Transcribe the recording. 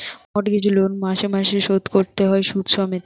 mortgage loan মাসে মাসে শোধ কোরতে হয় শুধ সমেত